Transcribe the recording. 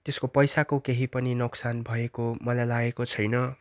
त्यसको पैसाको केही पनि नोक्सान भएको मलाई लागेको छैन